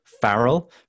Farrell